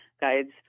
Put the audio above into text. guides